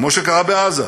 כמו שקרה בעזה,